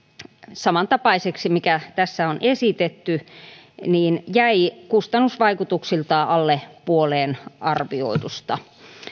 samantapaiseksi kuin mitä tässä on esitetty jäi kustannusvaikutuksiltaan alle puoleen arvioidusta